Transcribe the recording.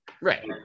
Right